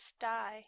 die